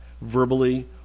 verbally